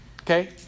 Okay